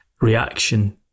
reaction